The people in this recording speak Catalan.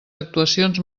actuacions